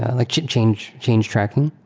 and like change change tracking.